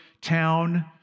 town